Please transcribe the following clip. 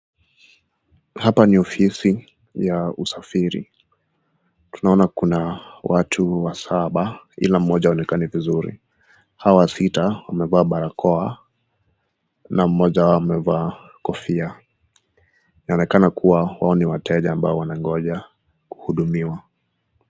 Hapa ni ofisi ya usafiri, tunaona kuna watu wasaba, ila moja haionekani vizuri . Hawa sita wamevaa barakoa na mmoja wao amevaa kofia. Inaonekana kuwa hao ni wateja ambao wanangoja kuhudumiwa.